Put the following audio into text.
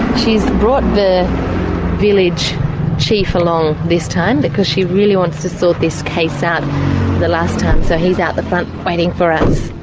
she's brought the village chief along this time because she really wants to sort this case out for the last time, so he is at the front waiting for us.